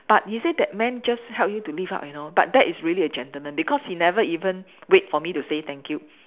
but you see that man just help you to lift up you know but that is really a gentleman because he never even wait for me to say thank you